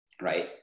right